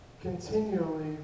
continually